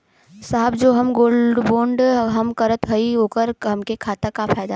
साहब जो हम गोल्ड बोंड हम करत हई त ओकर हमके का फायदा ह?